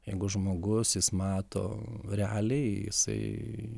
jeigu žmogus jis mato realiai jisai